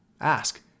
ask